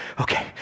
okay